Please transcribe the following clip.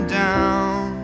down